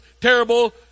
terrible